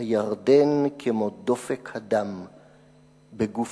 הירדן, כמו דופק הדם בגופך!"